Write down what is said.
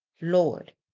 Lord